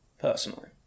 personally